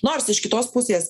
nors iš kitos pusės